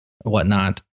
whatnot